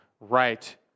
right